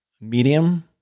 medium